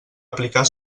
aplicar